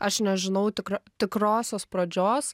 aš nežinau tikro tikrosios pradžios